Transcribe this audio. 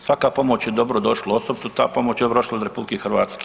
Svaka pomoć je dobrodošla, osobito ta pomoć je dobrodošla od RH.